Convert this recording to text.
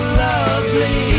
lovely